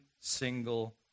single